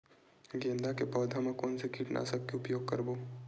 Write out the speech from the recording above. गेंदा के पौधा म कोन से कीटनाशक के उपयोग करबो?